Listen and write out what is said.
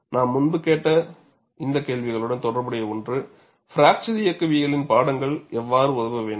நாம் முன்பு கேட்ட இந்த கேள்விகளுடன் தொடர்புடைய ஒன்று பிராக்சர் இயக்கவியலின் பாடங்கள் எவ்வாறு உதவ வேண்டும்